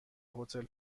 هتل